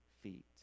feet